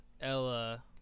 Ella